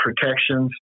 protections